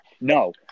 No